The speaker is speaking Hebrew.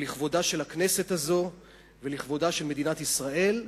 הוא לכבודה של הכנסת הזו ולכבודה של מדינת ישראל,